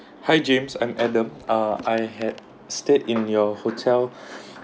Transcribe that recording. hi james I'm adam uh I had stayed in your hotel